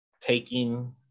taking